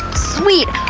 sweet,